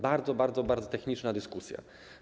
Bardzo, bardzo, bardzo techniczna dyskusja.